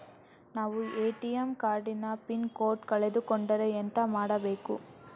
ನಾವು ATM card ನ pin code ಕಳೆದು ಕೊಂಡ್ರೆ ಎಂತ ಮಾಡ್ಬೇಕು?